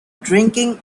drinking